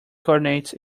coordinates